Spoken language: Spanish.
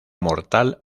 mortal